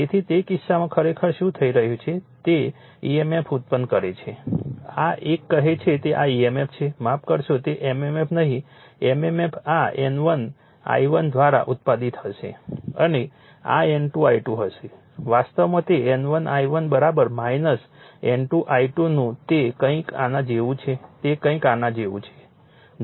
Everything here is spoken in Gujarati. તેથી તે કિસ્સામાં ખરેખર શું થઈ રહ્યું છે તે emf ઉત્પન્ન કરે છે આ એક કહે છે તે આ emf છે માફ કરશો તે mmf નહીં mmf આ N1 I1 દ્વારા ઉત્પાદિત હશે અને આ N2 I2 હશે વાસ્તવમાં તે N1 I1 N2 I2 નું તે કંઈક આના જેવું છે તે કંઈક આના જેવું છે